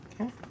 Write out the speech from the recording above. Okay